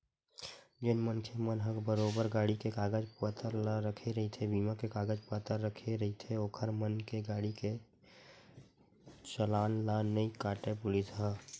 जेन मनखे मन ह बरोबर गाड़ी के कागज पतर ला रखे रहिथे बीमा के कागज पतर रखे रहिथे ओखर मन के गाड़ी के चलान ला नइ काटय पुलिस ह